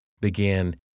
began